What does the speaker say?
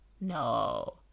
No